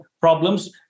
problems